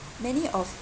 many of